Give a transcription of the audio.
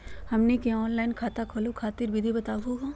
हमनी के ऑनलाइन खाता खोलहु खातिर विधि बताहु हो?